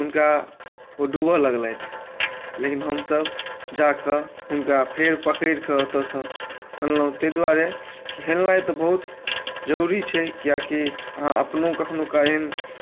हुनका ओ डूबय लगलथि लेकिन हमसभ जा कऽ हुनका फेर पकड़ि कऽ ओतयसँ अनलहुँ ताहि दुआरे कि हेलनाइ तऽ बहुत जरूरी छै कियाकि अहाँ अपनो कखनहु काल एहन